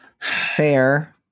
fair